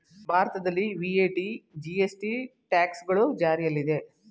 ಭಾರತದಲ್ಲಿ VAT, GST, tax ಗಳು ಜಾರಿಯಲ್ಲಿದೆ